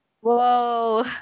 Whoa